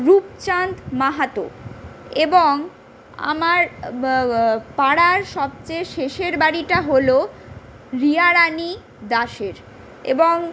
রূপচাঁদ মাহাতো এবং আমার পাড়ার সবচেয়ে শেষের বাড়িটা হল রিয়ারানি দাসের এবং